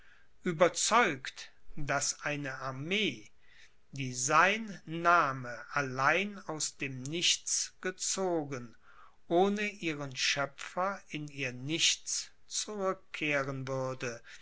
ueberzeugt daß eine armee die sein name allein aus dem nichts gezogen ohne ihren schöpfer in ihr nichts zurückkehren würde